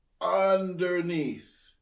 underneath